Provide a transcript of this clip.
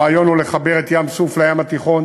הרעיון הוא לחבר את ים-סוף לים התיכון